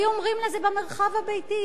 היו אומרים לה: זה במרחב הביתי,